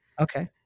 Okay